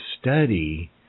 study